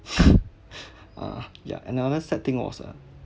uh yeah another sad thing was ah